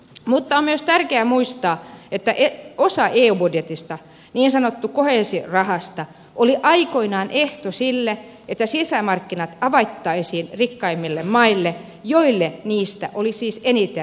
mutta on myös tärkeää muistaa että osa eu budjetista niin sanottu koheesiorahasto oli aikoinaan ehtona sille että sisämarkkinat avattaisiin rikkaimmille maille joille niistä oli siis eniten hyötyä